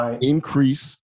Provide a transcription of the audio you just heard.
increase